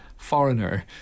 foreigner